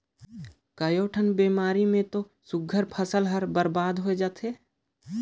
कयोठन बेमारी मे तो सुग्घर फसल हर बरबाद होय जाथे